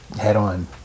head-on